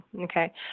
okay